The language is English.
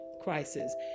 crisis